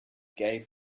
gave